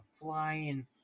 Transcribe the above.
flying